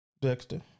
Dexter